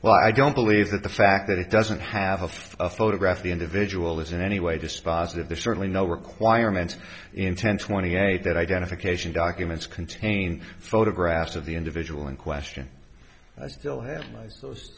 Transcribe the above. well i don't believe that the fact that it doesn't have a photograph of the individual is in any way dispositive there's certainly no requirement in ten twenty eight that identification documents contain photographs of the individual in question i still have those